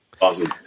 Awesome